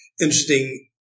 interesting